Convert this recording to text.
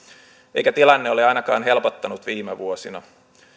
eikä tilanne ole ainakaan helpottanut viime vuosina